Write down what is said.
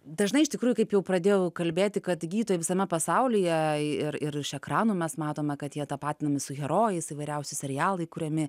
dažnai iš tikrųjų kaip jau pradėjau kalbėti kad gydytojai visame pasaulyje ir ir iš ekranų mes matome kad jie tapatinami su herojais įvairiausi serialai kuriami